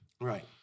Right